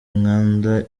inkanda